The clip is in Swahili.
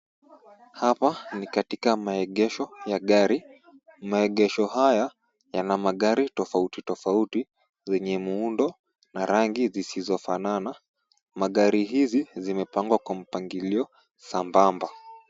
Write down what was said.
Hapa ni katika maegesho ya gari. Maegesho haya yana gari tofauti tofauti zenye muundo na rangi zisizofanana. Magari hizi zimepangwa kwa mpangilio sambamba.